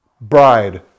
bride